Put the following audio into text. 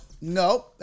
no